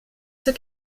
zur